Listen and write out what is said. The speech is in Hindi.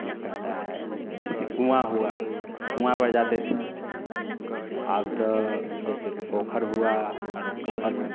क्या कहता है जैसे कुआँ हुआ कुआँ पर जाते थे तो अब तो जैसे पोखर हुआ और पोखर